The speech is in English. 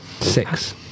Six